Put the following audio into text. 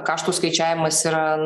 kaštų skaičiavimas yra